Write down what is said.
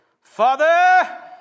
Father